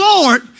Lord